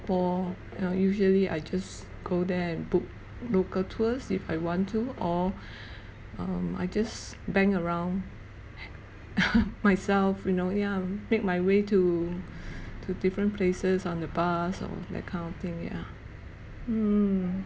ya usually I just go there and book local tours if I want to or um I just bang around myself you know ya make my way to to different places on the bus or that kind of thing yeah mm